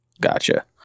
Gotcha